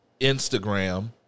Instagram